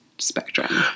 Spectrum